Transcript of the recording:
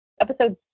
Episode